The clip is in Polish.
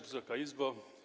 Wysoka Izbo!